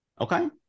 Okay